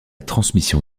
transmission